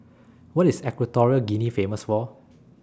What IS Equatorial Guinea Famous For